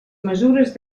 mesures